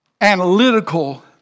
analytical